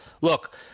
Look